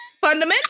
Fundamental